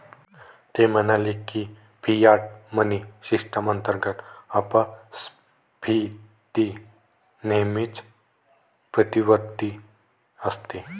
ते म्हणाले की, फियाट मनी सिस्टम अंतर्गत अपस्फीती नेहमीच प्रतिवर्ती असते